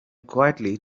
quietly